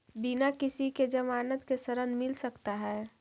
बिना किसी के ज़मानत के ऋण मिल सकता है?